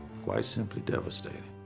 quite simply devastating.